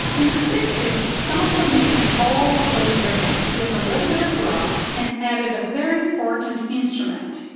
in the sixty s salsa mixed all of those rhythms with a little bit of rock and added a very important instrument.